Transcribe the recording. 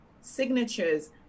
signatures